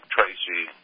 Tracy